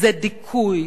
זה דיכוי,